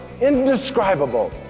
indescribable